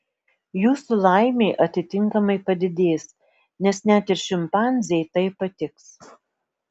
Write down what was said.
jūsų laimė atitinkamai padidės nes net ir šimpanzei tai patiks